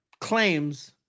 claims